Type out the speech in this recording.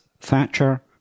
Thatcher